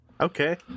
okay